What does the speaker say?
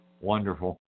Wonderful